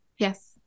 Yes